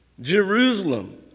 Jerusalem